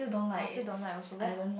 I'll still don't like also very